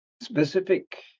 specific